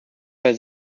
bei